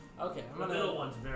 Okay